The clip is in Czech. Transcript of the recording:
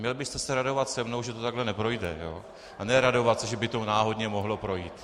A měl byste se radovat se mnou, že to takhle neprojde, a ne se radovat, že by to náhodně mohlo projít.